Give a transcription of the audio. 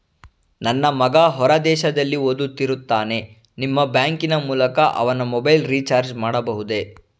ನನ್ನ ಮಗ ಹೊರ ದೇಶದಲ್ಲಿ ಓದುತ್ತಿರುತ್ತಾನೆ ನಿಮ್ಮ ಬ್ಯಾಂಕಿನ ಮೂಲಕ ಅವನ ಮೊಬೈಲ್ ರಿಚಾರ್ಜ್ ಮಾಡಬಹುದೇ?